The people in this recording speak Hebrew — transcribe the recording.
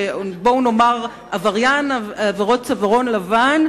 בואו נאמר עבריין עבירות צווארון לבן,